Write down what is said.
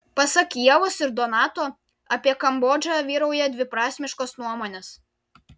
pasak ievos ir donato apie kambodžą vyrauja dviprasmiškos nuomonės